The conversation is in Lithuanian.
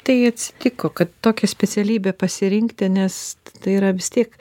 tai atsitiko kad tokią specialybę pasirinkti nes tai yra vis tiek